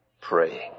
praying